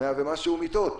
100 ומשהו מיטות.